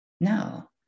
No